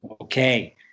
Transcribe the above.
Okay